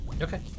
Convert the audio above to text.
Okay